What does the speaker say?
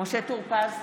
משה טור פז,